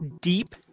deep